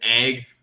egg